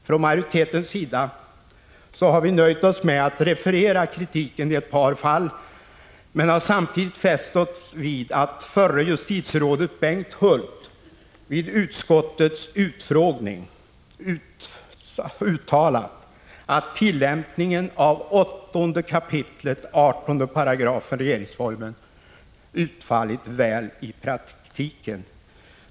Från majoritetens sida har vi nöjt oss med att referera kritiken i ett fn Granskning av statsrå par fall men har samtidigt fäst oss vid att förre justitierådet Bengt Hult vid d Sf års utskottets utfrågning uttalat att tillämpningen av 8 kap. 18 § regeringsformen = 26§ Sonsteraövnung m.m. utfallit väl i praktiken.